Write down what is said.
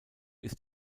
ist